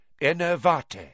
Enervate